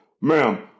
Ma'am